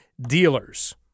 dealers